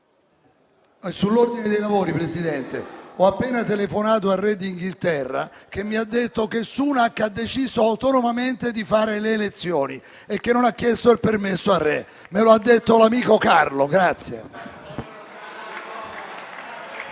Signora Presidente, ho appena telefonato al Re d'Inghilterra, che mi ha detto che Sunak ha deciso autonomamente di fare le elezioni e che non ha chiesto il permesso al re. Me lo ha detto l'amico Carlo, grazie.